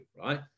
right